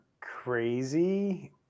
crazy